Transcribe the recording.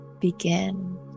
begin